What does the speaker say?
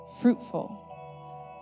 Fruitful